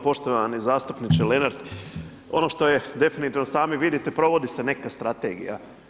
Poštovani zastupniče Lenart, ono što je definitivno sami vidite provodi se neka strategija.